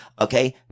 Okay